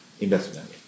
investment